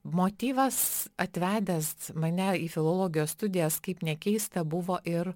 motyvas atvedęs mane į filologijos studijas kaip nekeista buvo ir